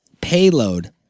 payload